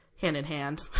hand-in-hand